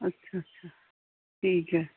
ਅੱਛਾ ਅੱਛਾ ਠੀਕ ਹੈ